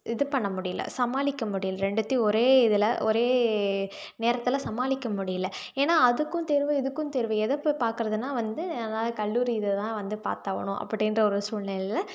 இது பண்ண முடியலை சமாளிக்க முடியலை ரெண்டுத்தையும் ஒரே இதில் ஒரே நேரத்தில் சமாளிக்க முடியலை ஏன்னால் அதுக்கும் தேர்வு இதுக்கும் தேர்வு எதை போய் பார்க்குறதுனா வந்து என்னால் கல்லூரி இதைதான் வந்து பார்த்தாவணும் அப்படிங்ற ஒரு சூழ்நெலையில